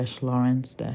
lawrence